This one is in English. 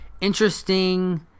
interesting